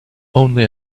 only